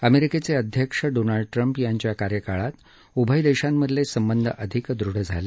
अमेरिकेचे अध्यक्ष Donald Trump यांच्या कार्यकाळात उभय देशांमधले संबंध अधिक दृढ झाले